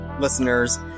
listeners